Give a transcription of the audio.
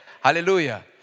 Hallelujah